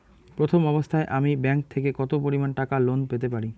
প্রথম অবস্থায় আমি ব্যাংক থেকে কত পরিমান টাকা লোন পেতে পারি?